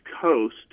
Coast